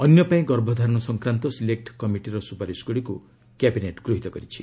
ଅନ୍ୟ ପାଇଁ ଗର୍ଭଧାରଣ ସଂକ୍ରାନ୍ତ ସିଲେକ୍ଟ କମିଟିର ସୁପାରିଶଗୁଡ଼ିକୁ କ୍ୟାବିନେଟ୍ ଗୃହିତ କରିଛି